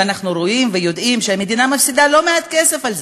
ואנחנו רואים ויודעים שהמדינה מפסידה לא מעט כסף על זה,